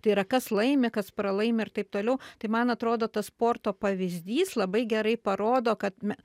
tai yra kas laimi kas pralaimi ir taip toliau tai man atrodo tas sporto pavyzdys labai gerai parodo kad me